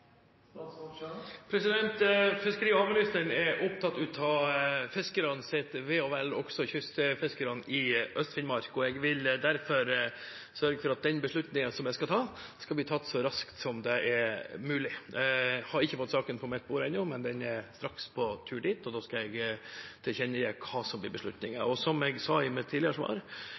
Fiskeri- og havministeren er opptatt av fiskernes ve og vel, også kystfiskerne i Øst-Finnmark. Jeg vil derfor sørge for at den beslutningen jeg skal ta, blir tatt så raskt som mulig. Jeg har ennå ikke fått saken på mitt bord, men den er straks på vei dit, og da skal jeg tilkjennegi hva som blir beslutningen. Som jeg sa i mitt tidligere svar,